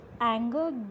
anger